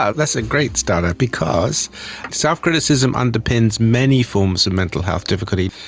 ah that's a great starter because self-criticism underpins many forms of mental health difficulty.